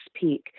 peak